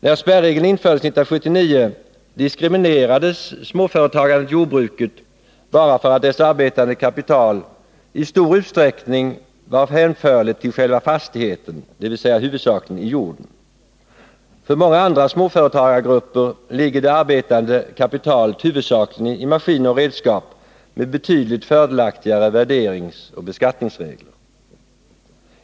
När spärregeln infördes 1979 diskriminerades småföretagande jordbruk bara för att dess arbetande kapital i stor utsträckning var hänförligt till själva fastigheten, dvs. huvudsakligen jorden. För många andra småföretagargrupperligger det arbetande kapitalet huvudsakligen i maskiner och redskap med betydligt fördelaktigare värderingsoch beskattningsregler.